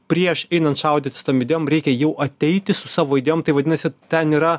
prieš einant šaudytis tom idėjom reikia jau ateiti su savo idėjom tai vadinasi ten yra